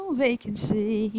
vacancy